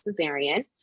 cesarean